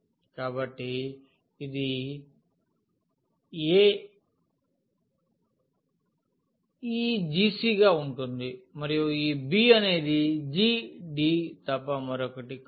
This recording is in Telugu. కాబట్టి ఇది a ఈ g గా ఉంటుంది మరియు ఈ b అనేది g తప్ప మరొకటి కాదు